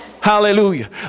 Hallelujah